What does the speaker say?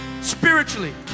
spiritually